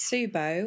Subo